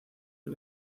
que